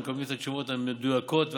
הם יקבלו את התשובות המדויקות והטובות,